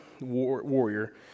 warrior